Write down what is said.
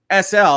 SL